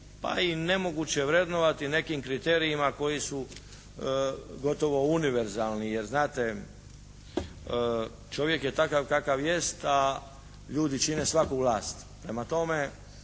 a i nemoguće vrednovati nekim kriterijima koji su gotovo univerzalni. Jer znate, čovjek je takav kakav jest, a ljudi čine svaku vlast.